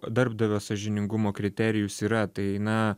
darbdavio sąžiningumo kriterijus yra tai na